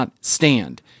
stand